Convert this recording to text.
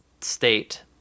state